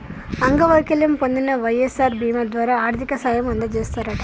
అంగవైకల్యం పొందిన వై.ఎస్.ఆర్ బీమా ద్వారా ఆర్థిక సాయం అందజేస్తారట